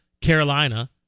Carolina